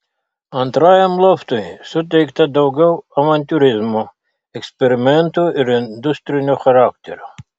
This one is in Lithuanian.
antrajam loftui suteikta daugiau avantiūrizmo eksperimentų ir industrinio charakterio